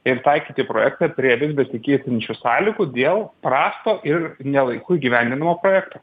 ir taikyti projektą prie vis besikeičiančių sąlygų dėl prasto ir ne laiku įgyvendinamo projekto